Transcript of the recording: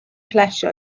plesio